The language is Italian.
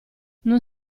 non